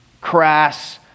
crass